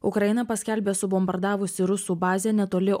ukraina paskelbė subombardavusi rusų bazę netoli